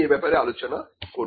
আমি এ ব্যাপারে আলোচনা করব